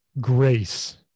grace